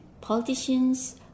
politicians